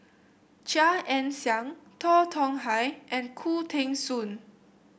Chia Ann Siang Tan Tong Hye and Khoo Teng Soon